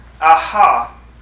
Aha